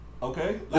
Okay